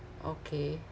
okay